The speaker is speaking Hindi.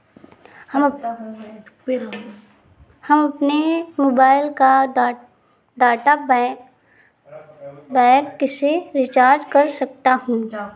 मैं अपने मोबाइल का डाटा पैक कैसे रीचार्ज कर सकता हूँ?